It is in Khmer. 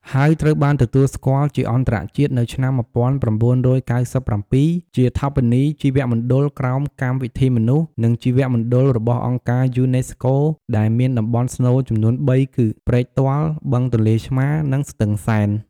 ហើយត្រូវបានទទួលស្គាល់ជាអន្តរជាតិនៅឆ្នាំ ១៩៩៧ ជាឋបនីយជីវមណ្ឌលក្រោមកម្មវិធីមនុស្ស និងជីវមណ្ឌលរបស់អង្គការ UNESCO ដែលមានតំបន់ស្នូលចំនួន ៣ គឺ ព្រែកទាល់ បឹងទន្លេឆ្មារ និងស្ទឹងសែន។